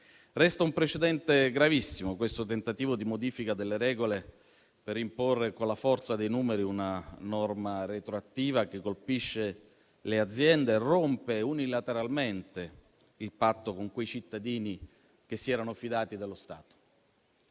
Resta un precedente gravissimo il tentativo di modifica delle regole per imporre con la forza dei numeri una norma retroattiva che colpisce le aziende e rompe unilateralmente il patto con quei cittadini che si erano fidati dello Stato.